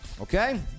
okay